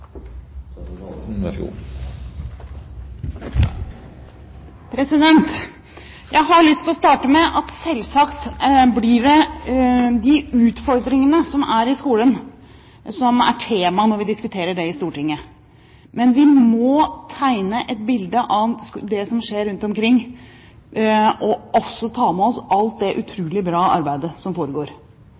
det utfordringene i skolen som blir temaet når vi diskuterer dette i Stortinget. Men vi må tegne et bilde av det som skjer rundt omkring, og også ta med oss alt det utrolig bra arbeidet som foregår.